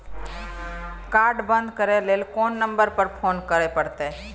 Card बन्द करे ल कोन नंबर पर फोन करे परतै?